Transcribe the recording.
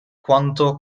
quanto